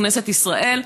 בכנסת ישראל,